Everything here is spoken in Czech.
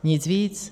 Nic víc.